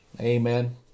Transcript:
Amen